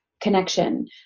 connection